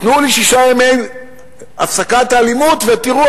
תנו לי שישה ימים של הפסקת האלימות ותראו,